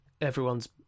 everyone's